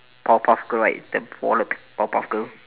powerpuff girl right the wallet powerpuff girl